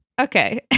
okay